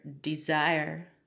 desire